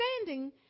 understanding